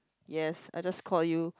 yes I just call you